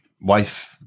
wife